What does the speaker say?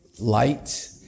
Light